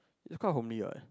is quite homely what